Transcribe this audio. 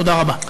תודה רבה.